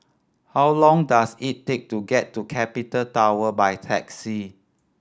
how long does it take to get to Capital Tower by taxi